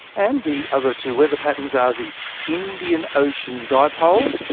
and the other two weather patterns are the indian ocean dipole,